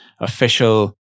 official